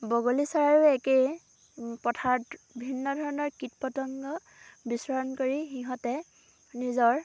বগলী চৰাইয়ো একেই পথাৰত ভিন্ন ধৰণৰ কীট পতংগ বিচৰণ কৰি সিহঁতে নিজৰ